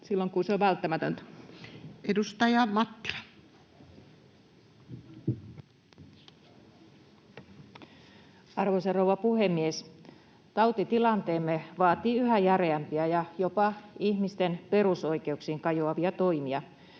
silloin, kun se on välttämätöntä. Edustaja Mattila. Arvoisa rouva puhemies! Tautitilanteemme vaatii yhä järeämpiä ja jopa ihmisten perusoikeuksiin kajoavia toimia.